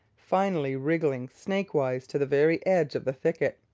finally wriggling snake-wise to the very edge of the thicket.